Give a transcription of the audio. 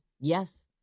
Yes